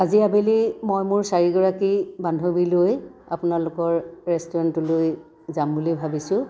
আজি আবেলি মই মোৰ চাৰিগৰাকী বান্ধৱীলৈ আপোনালোকৰ ৰেষ্টুৰেন্টলৈ যাম বুলি ভাবিছোঁ